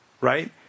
right